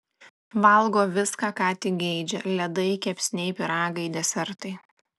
valgo viską ką tik geidžia ledai kepsniai pyragai desertai